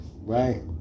Right